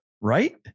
Right